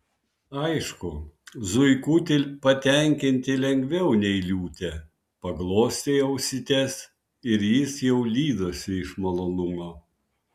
aišku zuikutį patenkinti lengviau nei liūtę paglostei ausytes ir jis jau lydosi iš malonumo